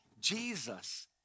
Jesus